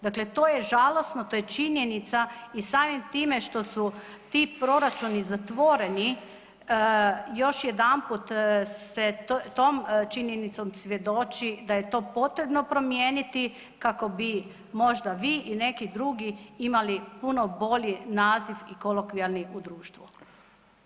Dakle, to je žalosno to je činjenica i samim time što su ti proračuni zatvoreni još jedanput se tom činjenicom svjedoči da je to potrebno promijeniti kako bi možda vi i neki drugi imali puno bolji naziv i kolokvijalni u društvu.